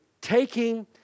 taking